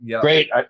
Great